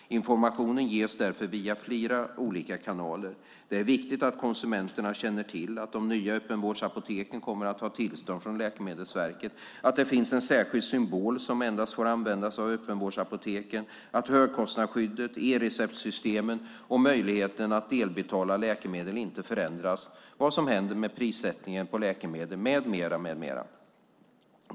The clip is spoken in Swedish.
Informationen ges därför via flera olika kanaler. Det är viktigt att konsumenterna känner till att de nya öppenvårdsapoteken måste ha tillstånd från Läkemedelsverket, att det finns en särskild symbol som endast får användas av öppenvårdsapoteken, att högkostnadsskyddet, e-receptsystemet och möjligheten att delbetala läkemedel inte förändras, vad som händer med prissättningen på läkemedel med mera.